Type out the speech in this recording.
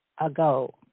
ago